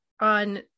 on